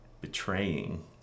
betraying